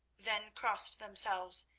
then crossed themselves,